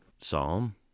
Psalm